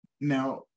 Now